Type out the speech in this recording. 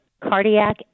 cardiac